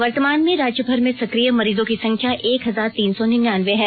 वर्तमान में राज्यभर में सक्रिय मरीजों की संख्या एक हजार तीन सौ निन्यानवें है